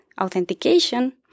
authentication